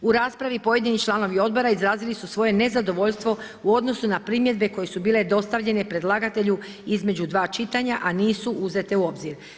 U raspravi pojedini članovi odbora izrazili su svoje nezadovoljstvo u odnosu na primjedbe koje su bile dostavljene predlagatelju između dva čitanja a nisu uzete u obzir.